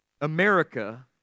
America